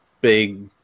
big